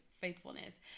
faithfulness